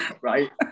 right